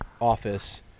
office